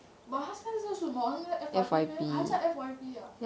but 他现在他在 F_Y_P meh 还在 F_Y_P ah